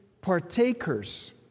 partakers